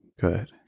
Good